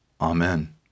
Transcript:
Amen